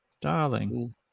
Darling